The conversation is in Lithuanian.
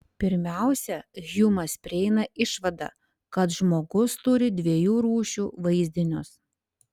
pirmiausia hjumas prieina išvadą kad žmogus turi dviejų rūšių vaizdinius